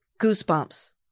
Goosebumps